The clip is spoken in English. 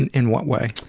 and in what way?